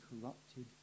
corrupted